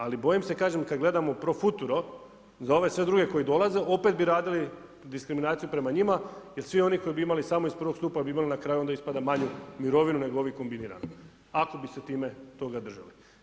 Ali bojim se kažem, kad gledamo pro futuro za ove sve druge koji dolaze opet bi radili diskriminaciju prema njima jer svi oni koji bi imali samo iz prvog stupa bi imali na kraju onda ispada manju mirovinu nego ovi kombinirano, ako bi se time toga držali.